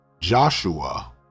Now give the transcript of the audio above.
Joshua